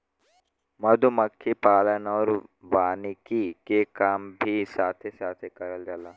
मधुमक्खी पालन आउर वानिकी के काम भी साथे साथे करल जाला